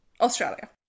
Australia